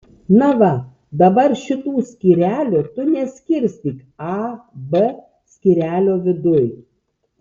na va dabar šitų skyrelių tu neskirstyk a b skyrelio viduj